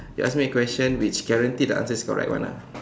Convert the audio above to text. you ask me a question which guarantee the answer is correct one ah